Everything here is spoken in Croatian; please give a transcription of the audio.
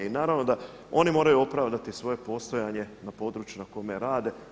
I naravno da oni moraju opravdati svoje postojanje na području na kojem rade.